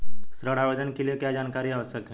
ऋण आवेदन के लिए क्या जानकारी आवश्यक है?